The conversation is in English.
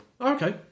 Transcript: Okay